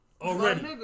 Already